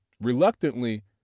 Reluctantly